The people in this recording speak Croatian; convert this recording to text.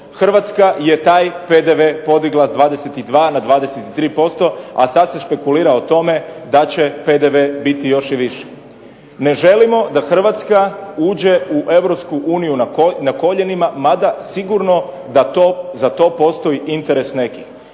Hrvatska je taj PDV podigla s 22 na 23%, a sad se špekulira o tome da će PDV biti još i viši. Ne želimo da Hrvatska uđe u EU na koljenima, mada sigurno da za to postoji interes nekih.